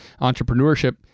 Entrepreneurship